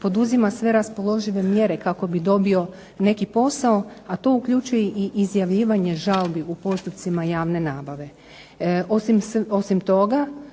poduzima sve raspoložive mjere kako bi dobio neki posao, a to uključuje i izjavljivanje žalbi u postupcima javne nabave. Osim toga,